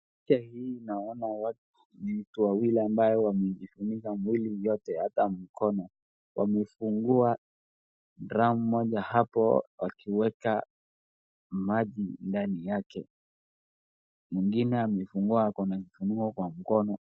Picha hii naona watu wawili wamejifunika mwili yote, hata mikono. Wamefungua drum moja hapo wakiweka maji ndani yake. Mwingine amefungua, ako na kifuniko kwa mkono.